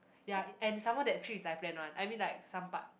ya it and some more that trip is I plan one I mean like some part